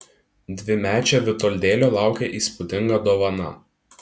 dvimečio vitoldėlio laukė įspūdinga dovana